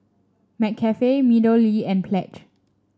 McCafe MeadowLea and Pledge